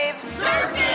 Surfing